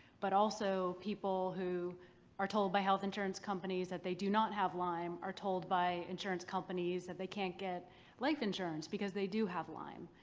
but also people who are told by health insurance companies that they do not have lyme are told by insurance companies that they can't get life insurance because they do have lyme.